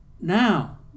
Now